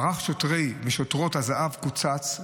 מערך שוטרי ושוטרות הזה"ב קוצץ,